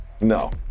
no